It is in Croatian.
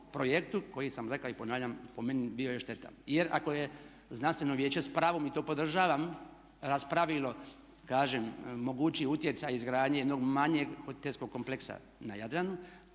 projektu koji sam rekao i ponavljam po meni je bio štetan. Jer ako je znanstveno vijeće s pravom, i to podržavam raspravilo kažem mogući utjecaj izgradnje jednog manjeg hotelskog kompleksa na Jadranu,